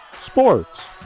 sports